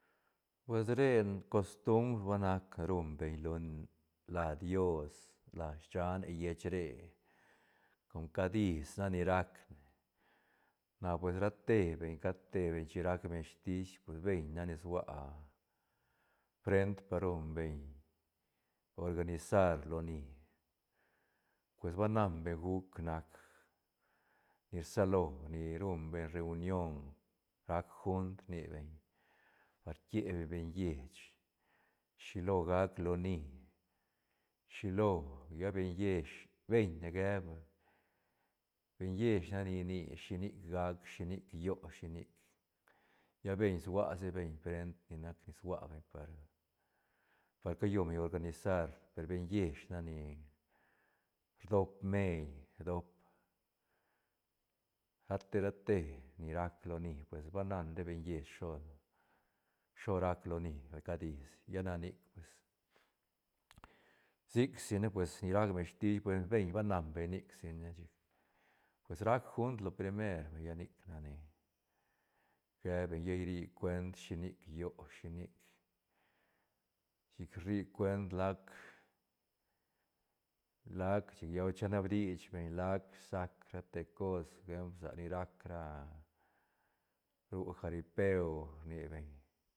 Pues re costumbr ba nac ruñ beñ lon, la dios la schane lleich re com cad is nac ni racne na pues ra te beñ cat te beñ chirac beñ stiis beñ nac ni sua frent pa ruñ beñ organizar loni pues ba nan beñ guc nac ni rsalo ni ruñ beñ reunión rac gunt rni beñ par rquie beñ lleich shilo gac loni shilo lla beñ lleich, beñ ne ge vay beñ lleich nac ni rni shinic gac shinic llo shinic, lla beñ sua si beñ frent ni nac ni sua beñ par- par ca lluñ beñ organizar per beñ lleich nac ni rdop meil rdop rate- rate ni rac loni pues banan ra beñ lleich sho- sho rac loni vay cad is lla na nic pues sic si ne ni rac beñ stiis beñ ba nan beñ nic si ne pues rac gunt lo primer vay nic nac ni ge beñ lla iri cuent shi nic llo shi nic, chic rri cuent lac- lac chic lla china bidich beñ lac sak rate te cos por ejempl sa ni rac ra ru jaripeu rni beñ.